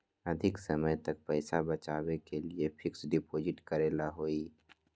अधिक समय तक पईसा बचाव के लिए फिक्स डिपॉजिट करेला होयई?